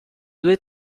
due